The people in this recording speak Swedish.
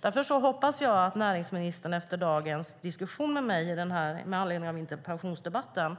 Därför hoppas jag att näringsministern efter dagens diskussion med mig med anledning av interpellationen